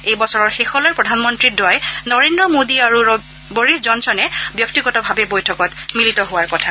এইবছৰৰ শেষলৈ প্ৰধানমন্ত্ৰীদ্বয় ক্ৰমে নৰেন্দ্ৰ মোডী আৰু বৰিছ জনছনে ব্যক্তিগতভাৱে বৈঠকত মিলিত হোৱাৰ কথা